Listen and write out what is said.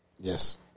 Yes